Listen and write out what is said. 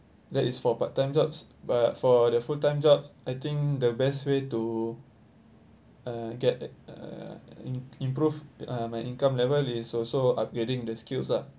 that is for part time jobs but for the full time job I think the best way to uh get uh im~ improve my income level is also upgrading the skills lah